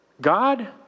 God